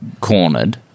cornered